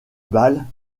balles